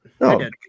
No